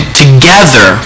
together